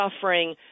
suffering